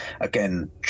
again